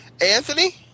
Anthony